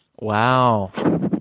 Wow